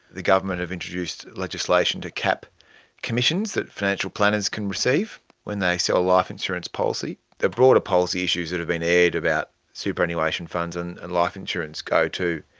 the government have introduced legislation to cap commissions that financial planners can receive when they sell a life insurance policy. the broader policy issues that have been aired about superannuation funds and and life insurance go to,